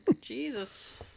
Jesus